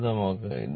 ലളിതമാക്കുക